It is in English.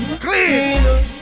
Clean